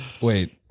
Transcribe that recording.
wait